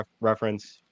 reference